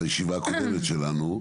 מהישיבה הקודמת שלנו,